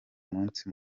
munsi